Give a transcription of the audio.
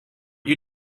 you